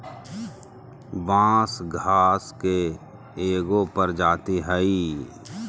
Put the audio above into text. बांस घास के एगो प्रजाती हइ